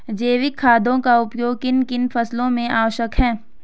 जैविक खादों का उपयोग किन किन फसलों में आवश्यक है?